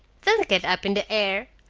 don't get up in the air,